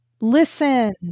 listen